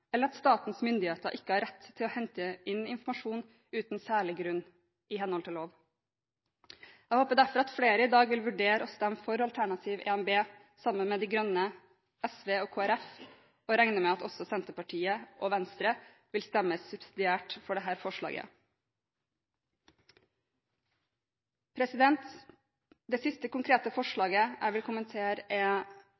eller at statens myndigheter ikke har rett til å hente inn informasjon uten særlig grunn i henhold til lov. Jeg håper derfor at flere i dag vil vurdere å stemme for alternativ 1 B sammen med Miljøpartiet De Grønne, SV og Kristelig Folkeparti, og jeg regner med at Senterpartiet og Venstre vil stemme subsidiært for dette forslaget. Det siste konkrete